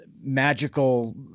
magical